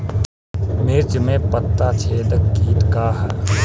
मिर्च में पता छेदक किट का है?